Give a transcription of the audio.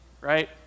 right